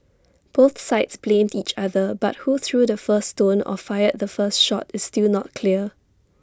both sides blamed each other but who threw the first stone or fired the first shot is still not clear